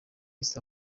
east